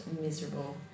miserable